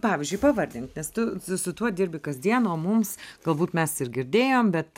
pavyzdžiui pavardink nes tu su su tuo dirbi kasdien o mums galbūt mes ir girdėjom bet